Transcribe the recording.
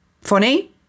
funny